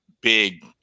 big